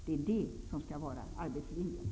Det är det som skall vara arbetslinjen.